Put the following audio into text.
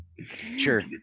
sure